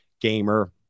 gamer